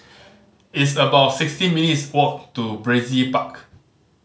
it's about sixteen minutes' walk to Brizay Park